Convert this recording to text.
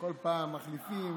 כל פעם מחליפים.